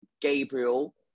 Gabriel